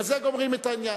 בזה גומרים את העניין.